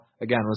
Again